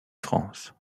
france